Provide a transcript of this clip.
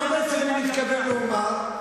מה בעצם אני מתכוון לומר?